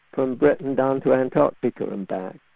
from britain down to antarctica and back.